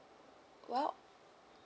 well